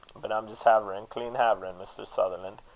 but i'm jist haverin', clean haverin', mr. sutherlan',